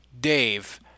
Dave